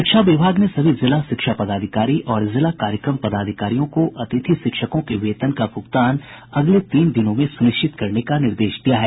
शिक्षा विभाग ने सभी जिला शिक्षा पदाधिकारी और जिला कार्यक्रम पदाधिकारियों को अतिथि शिक्षकों के वेतन का भूगतान अगले तीन दिनों में सुनिश्चित करने का निर्देश दिया है